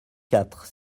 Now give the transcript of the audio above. quatre